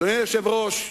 אדוני היושב-ראש,